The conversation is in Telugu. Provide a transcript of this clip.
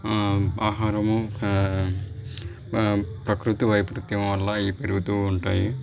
ఆహారము ప్రకృతి వైపరీత్యం వల్ల ఇవి పెరుగుతు ఉంటాయి